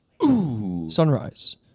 Sunrise